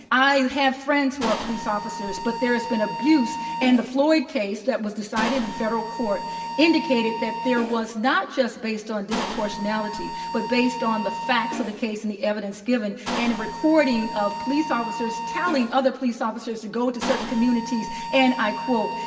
i have friends who are police officers. but there has been abuse. and the floyd case that was decided in federal court indicated that there was not just based on disproportionality, but based on the facts of the case and the evidence given and a recording of police officers telling other police officers to go to certain communities and, i quote,